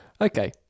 Okay